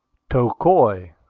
tocoi,